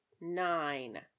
nine